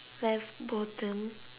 left bottom